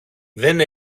δεν